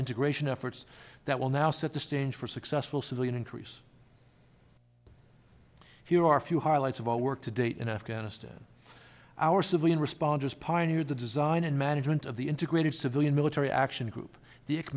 integration efforts that will now set the stage for successful civilian increase here are a few highlights of our work to date in afghanistan our civilian responders pioneered the design and management of the integrated civilian military action group